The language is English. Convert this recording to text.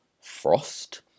frost